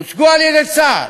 הוצגו על-ידי צה"ל,